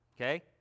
Okay